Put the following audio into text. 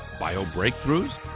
bio break throughs,